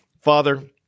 Father